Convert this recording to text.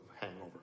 hangover